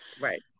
right